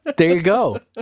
but there you go!